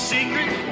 Secret